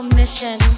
mission